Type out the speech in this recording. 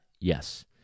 Yes